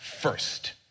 first